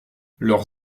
leurs